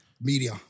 Media